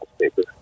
paper